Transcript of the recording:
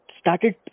started